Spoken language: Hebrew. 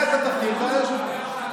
--- לא נצביע עליה.